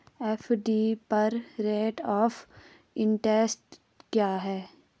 FD पर rate of interest क्या है?